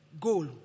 goal